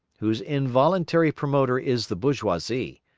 whose involuntary promoter is the bourgeoisie,